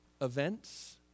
events